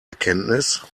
erkenntnis